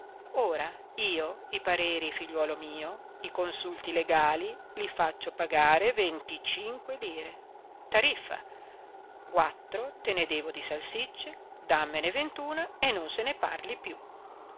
ora io i pareri figliuolo mio i consulti legali li faccio pagare venticinque lire tariffa quattro te ne devo di salsicce dammene ventuna e non se ne parli più